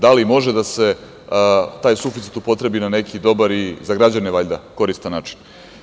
Da li može da se taj suficit upotrebi na neki dobar, i za građane valjda, koristan način?